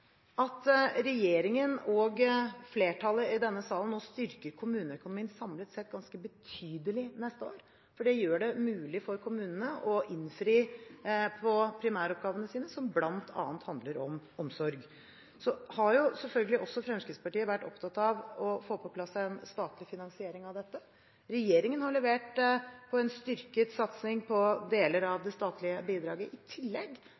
at regjeringen og flertallet i denne salen nå styrker kommuneøkonomien samlet sett ganske betydelig neste år, for det gjør det mulig for kommunene å innfri primæroppgavene sine, som bl.a. handler om omsorg. Så har jo selvfølgelig også Fremskrittspartiet vært opptatt av å få på plass en statlig finansiering av dette. Regjeringen har levert på en styrket satsing på deler av det statlige bidraget. I tillegg